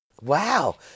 Wow